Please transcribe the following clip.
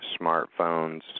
smartphones